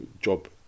job